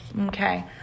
Okay